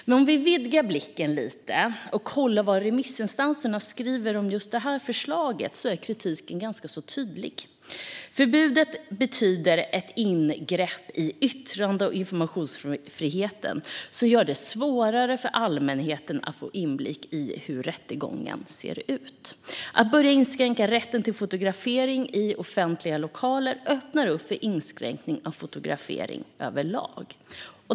Men om vi vidgar perspektivet lite och kollar på vad remissinstanserna skriver om just det förslaget kan vi se att kritiken är ganska tydlig. Förbudet betyder ett ingrepp i yttrande och informationsfriheten och gör det svårare för allmänheten att få inblick i hur rättegången ser ut. Att börja inskränka rätten till fotografering i offentliga lokaler öppnar för inskränkning av fotografering överlag.